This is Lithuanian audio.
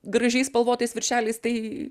gražiais spalvotais viršeliais tai